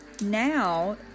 Now